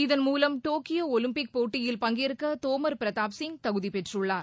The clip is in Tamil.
இதன் மூலம் டோக்கியோ ஒலிம்பிக் போட்டியில் பங்கேற்க தோமர் பிரதாப் சிங் தகுதி பெற்றுள்ளார்